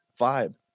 vibe